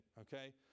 okay